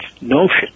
notion